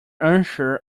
unsure